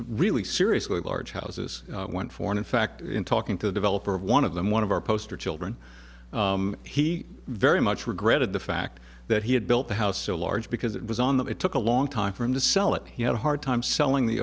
really seriously large houses went for in fact in talking to the developer of one of them one of our poster children he very much regretted the fact that he had built a house so large because it was on that it took a long time for him to sell it he had a hard time selling the